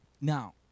Now